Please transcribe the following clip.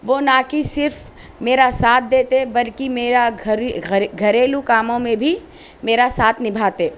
وہ نہ کہ صرف میرا ساتھ دیتے بلکہ میرا گھرے گھرے گھریلو کاموں میں بھی میرا ساتھ نبھاتے